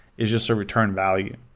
it's just a return value.